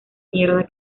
mierda